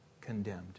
condemned